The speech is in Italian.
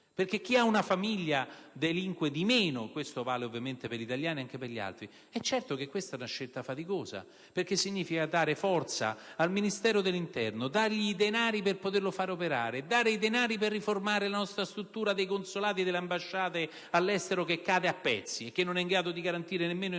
perché chi ha una famiglia delinque di meno (questo vale ovviamente per gli italiani e anche per gli stranieri). Questa è una scelta faticosa, perché significa dare forza al Ministero dell'interno, dargli i denari per poter operare, dare i denari per riformare la struttura dei nostri consolati e delle nostre ambasciate all'estero che cade a pezzi e che non è in grado di garantire nemmeno i nostri cittadini.